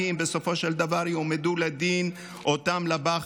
בסופו של דבר יועמדו לדין אותם לב"חים,